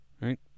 Right